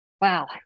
wow